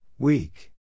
Weak